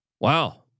Wow